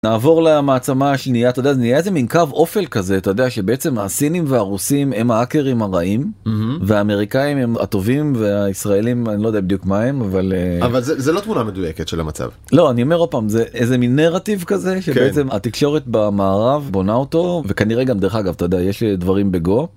נעבור למעצמה השנייה אתה יודע נהיה איזה מין קו אופל כזה, אתה יודע, שבעצם הסינים והרוסים הם האקרים הרעים, והאמריקאים הם הטובים, והישראלים אני לא יודע בדיוק מה הם, אבל זה לא תמונה מדויקת של המצב. לא אני אומר או פעם זה איזה מין נרטיב כזה שבעצם התקשורת במערב בונה אותו וכנראה גם דרך אגב אתה יודע יש דברים בגו.